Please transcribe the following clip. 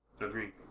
Agreed